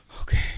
okay